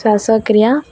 ଶ୍ୱାସକ୍ରିୟା